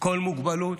כל מוגבלות?